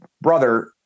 brother